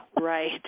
right